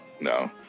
no